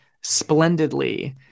splendidly